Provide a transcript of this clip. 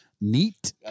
Neat